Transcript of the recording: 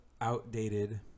outdated